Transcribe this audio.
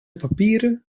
papieren